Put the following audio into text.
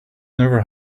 never